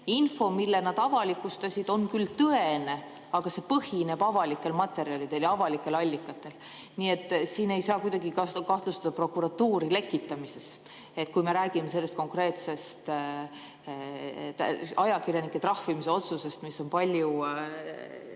info, mille nad avalikustasid, on küll tõene, aga see põhineb avalikel materjalidel ja avalikel allikatel. Nii et siin ei saa kuidagi kahtlustada prokuratuuri lekitamises, kui me räägime sellest konkreetsest ajakirjanike trahvimise otsusest, mis on palju